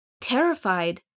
terrified